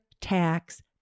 tax